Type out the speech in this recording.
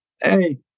Hey